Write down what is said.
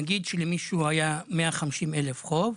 נגיד שלמישהו היה 150,000 שקל חוב.